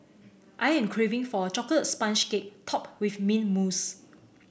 I am craving for a chocolate sponge cake topped with mint mousse